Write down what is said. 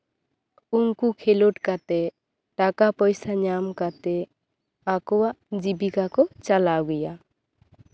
ᱩᱱᱠᱩ ᱠᱷᱮᱞᱳᱰ ᱠᱟᱛᱮᱜ ᱴᱟᱠᱟ ᱯᱚᱭᱥᱟ ᱧᱟᱢ ᱠᱟᱛᱮᱜ ᱟᱠᱚᱣᱟᱜ ᱡᱤᱵᱤᱠᱟ ᱠᱚ ᱪᱟᱞᱟᱣ ᱜᱮᱭᱟ